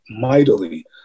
mightily